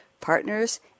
partners